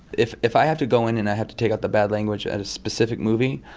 if if i have to go in and i had to take out the bad language at a specific movie,